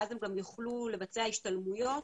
ואז הם גם יוכלו לבצע השתלמויות